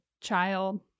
child